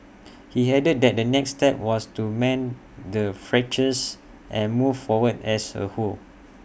he added that the next step was to mend the fractures and move forward as A whole